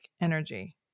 energy